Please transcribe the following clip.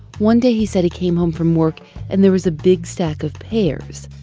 one day, he said he came home from work and there was a big stack of pears,